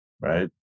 Right